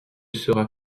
sera